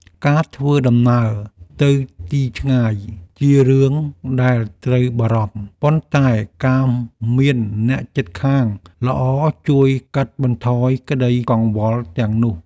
ការធ្វើដំណើរទៅទីឆ្ងាយជារឿងដែលត្រូវបារម្ភ ប៉ុន្តែការមានអ្នកជិតខាងល្អជួយកាត់បន្ថយក្តីកង្វល់ទាំងនោះ។